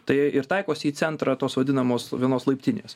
tai ir taikosi į centrą tos vadinamos vienos laiptinės